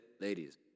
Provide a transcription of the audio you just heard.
Ladies